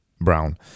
brown